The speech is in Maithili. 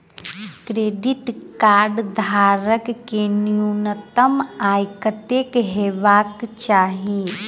क्रेडिट कार्ड धारक कऽ न्यूनतम आय कत्तेक हेबाक चाहि?